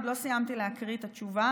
עוד לא סיימתי להקריא את התשובה.